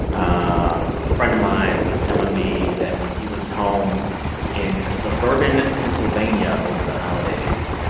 um a friend of mine was telling me that when he was home in suburban pennsylvania over the holidays,